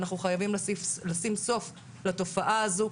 ואנחנו חייבים לשים סוף לתופעה הזאת,